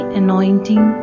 anointing